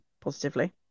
positively